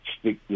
stick